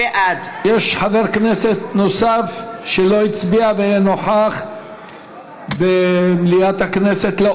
בעד יש חבר כנסת נוסף שלא הצביע והיה נוכח במליאת הכנסת?